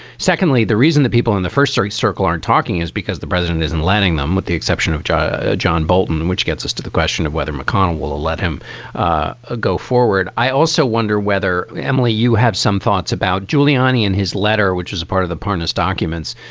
secondly, the reason that people in the first story circle aren't talking is because the president isn't letting them, with the exception of john ah john bolton, which gets us to the question of whether mcconnell will let him ah go forward. i also wonder whether, emily, you have some thoughts about giuliani in his letter, which is a part of the party's documents,